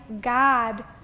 God